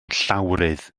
llawrydd